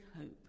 hope